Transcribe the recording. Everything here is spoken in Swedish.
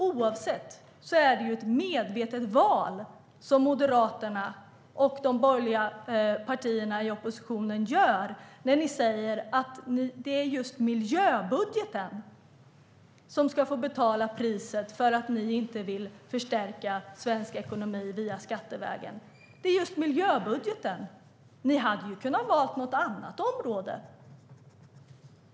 Det är ett medvetet val som ni moderater och de andra borgerliga partierna i oppositionen gör när ni säger att det är just miljöbudgeten som ska få betala priset för att ni inte vill förstärka svensk ekonomi skattevägen. Ni hade ju kunnat välja något annat område.